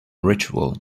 ritual